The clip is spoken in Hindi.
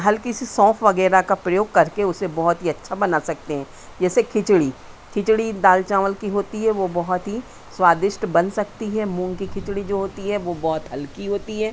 हल्की सी सौंफ वगैरह का प्रयोग करके उसे बहुत ही अच्छा बना सकते हैं जैसे खिचड़ी खिचड़ी दाल चावल की होती है वो बहुत ही स्वादिष्ट बन सकती है मूँग की खिचड़ी जो होती है वो बहुत हल्की होती है